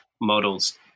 models